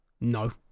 No